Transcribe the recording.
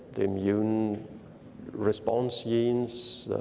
the immune response genes,